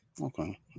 okay